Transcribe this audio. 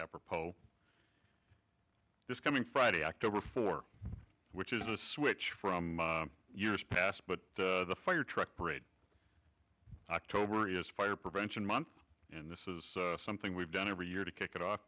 apropos this coming friday october for which is a switch from years past but the fire truck parade october is fire prevention month and this is something we've done every year to kick it off